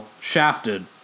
shafted